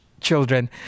children